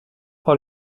par